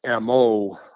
MO